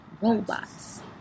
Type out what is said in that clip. robots